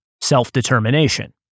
self-determination